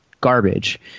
garbage